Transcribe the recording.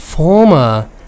Former